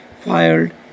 fired